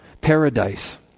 paradise